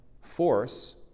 force